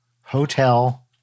Hotel